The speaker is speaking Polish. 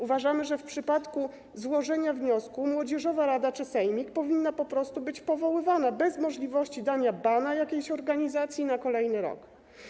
Uważamy, że w przypadku złożenia wniosku młodzieżowa rada czy sejmik powinny być po prostu być powoływane, bez możliwości dania bana jakiejś organizacji na kolejny rok.